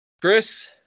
Chris